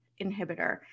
inhibitor